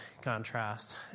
contrast